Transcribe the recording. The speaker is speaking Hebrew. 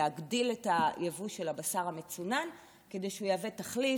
להגדיל את היבוא של בשר מצונן כדי שהוא יהווה תחליף,